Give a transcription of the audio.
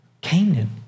Canaan